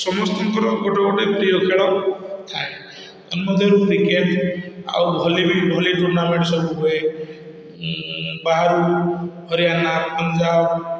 ସମସ୍ତଙ୍କର ଗୋଟେ ଗୋଟେ ପ୍ରିୟ ଖେଳ ଥାଏ ତନ୍ମଧରୁ କ୍ରିକେଟ୍ ଆଉ ଭଲି ବି ଭଲି ଟୁର୍ଣ୍ଣାମେଣ୍ଟ ସବୁ ହୁଏ ବାହାରୁ ହରିୟାଣା ଆନ୍ଧ୍ରା